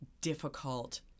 difficult